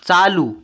चालू